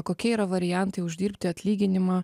kokia yra variantai uždirbti atlyginimą